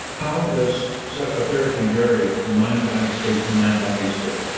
how does psychotherapy vary from mind body state to mind body state?